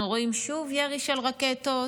אנחנו רואים שוב ירי של רקטות,